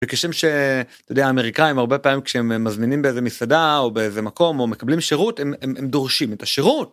מקישים ש... אתה יודע, האמריקאים, הרבה פעמים, כשהם מזמינים באיזה מסעדה או באיזה מקום או מקבלים שירות, הם דורשים את השירות.